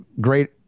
great